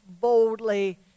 boldly